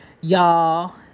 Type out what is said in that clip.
y'all